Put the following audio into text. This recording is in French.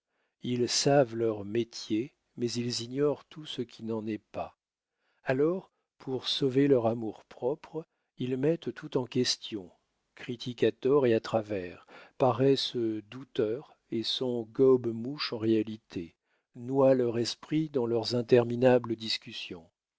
ils savent leur métier mais ils ignorent tout ce qui n'en est pas alors pour sauver leur amour-propre ils mettent tout en question critiquent à tort et à travers paraissent douteurs et sont gobe-mouches en réalité noient leur esprit dans leurs interminables discussions